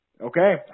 Okay